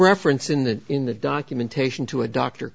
reference in that in the documentation to a doctor